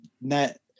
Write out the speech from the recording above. net